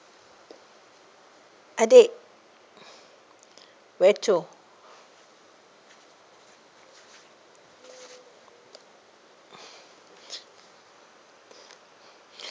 adik